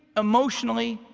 emotionally,